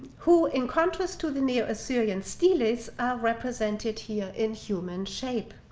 who in contrast to the neo-assyrians stelaes, are represented here in human shape.